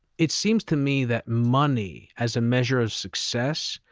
it seems to me that money, as a measure of success,